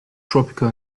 tropical